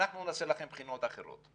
אנחנו נעשה לכם בחינות אחרות.